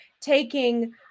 taking